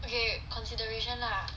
okay consideration lah